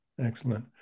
excellent